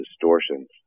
distortions